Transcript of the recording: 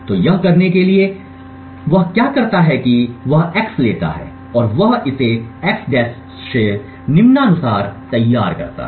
तो यह करने के लिए कि वह क्या करता है वह x लेता है और वह इसे x से निम्नानुसार तैयार करता है